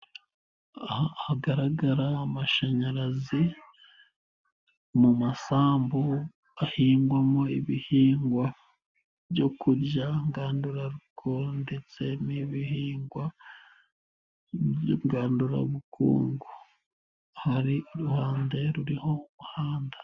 Aha hagaragara amashanyarazi ,mu masambu ahingwamo ibihingwa, byo kurya ngandurarugo ndetse n'ibihingwa ngandurabukungu, hari uruhande ruriho umuhanda.